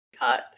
God